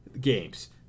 games